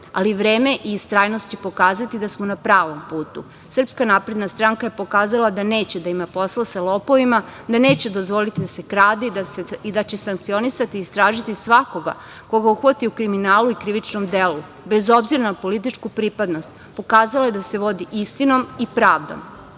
ali vreme i istrajnost će pokazati kada smo na pravom putu. Srpska napredna stranka je pokazala da neće a ima posla sa lopovima, da neće dozvoliti da se krade i da će sankcionisati i istražiti svakoga koga uhvati u kriminalu i krivičnom delu bez obzira na političku pripadnost. Pokazala je da se vodi istinom i pravdom. Na